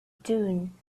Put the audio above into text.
dune